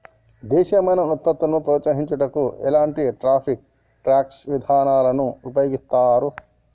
దేశీయమైన వృత్పత్తులను ప్రోత్సహించుటకు ఎలాంటి టారిఫ్ ట్యాక్స్ ఇదానాలు ఉపయోగిత్తారు